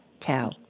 cow